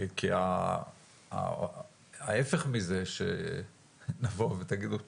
כי ההיפך מזה שנבוא ותגידו 'טוב,